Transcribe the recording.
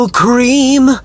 cream